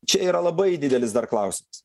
čia yra labai didelis dar klausimas